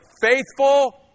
faithful